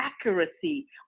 accuracy